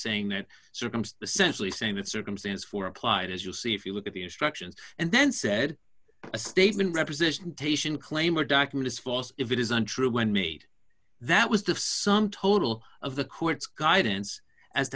saying that circumstantially same of circumstance for applied as you'll see if you look at the instructions and then said a statement representation claim or document is false if it is untrue when made that was the sum total of the court's guidance as